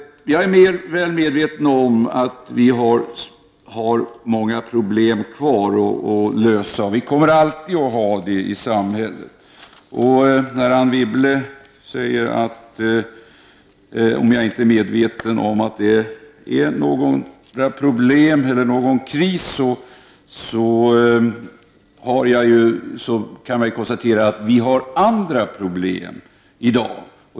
Jag är väl medveten om att många problem återstår att lösa. Vi kommer alltid att ha det så i samhället. Anne Wibble säger att jag inte är medveten om att det existerar någon kris. Då kan man konstatera att det finns andra problem i dag.